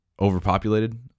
overpopulated